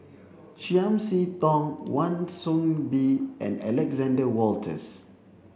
Chiam See Tong Wan Soon Bee and Alexander Wolters